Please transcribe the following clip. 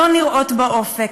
לא נראות באופק.